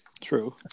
True